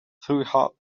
throughout